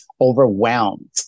overwhelmed